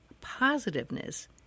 positiveness